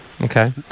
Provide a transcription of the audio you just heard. okay